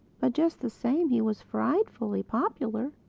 but just the same, he was frightfully popular.